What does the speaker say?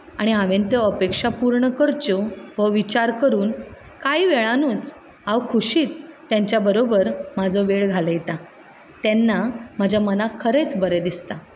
आनी हावें त्यो अपेक्षा पुर्ण करच्यो हो विचार करून कांय वेळानूच हांव खोशेन तांच्या बरोबर म्हाजो वेळ घालयता तेन्ना म्हज्या मनाक खरेंच बरें दिसता